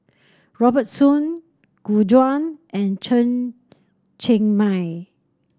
Robert Soon Gu Juan and Chen Cheng Mei